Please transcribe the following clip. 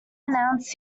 announced